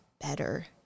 better